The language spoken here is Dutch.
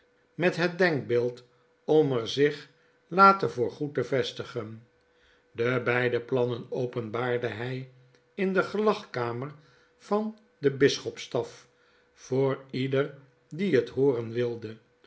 met het denkbeelcl om er zich later voor goed te vestigen de beide plannen openbaarde hy in de gelagkamer van de de bisschopstaf voor ieder die het hooren wilde